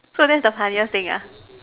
so that's the funniest thing ah